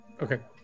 okay